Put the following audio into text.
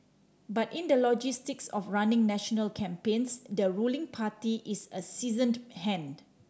but in the logistics of running national campaigns the ruling party is a seasoned hand